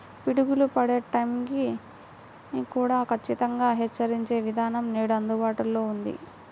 పిడుగులు పడే టైం ని కూడా ఖచ్చితంగా హెచ్చరించే విధానం నేడు అందుబాటులో ఉంది